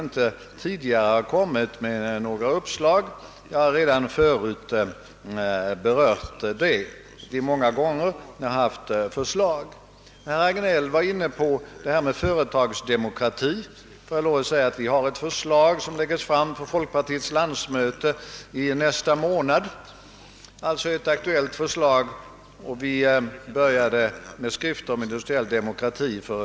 Om herr Wickman undervisar sina barn i ekonomins grunder vilket jag inte vet om han gör — tror jag inte att det skulle vara så svårt för honom att förklara att om man har ett viss antal bakelser att fördela kan man diskutera olika fördelningsprinciper.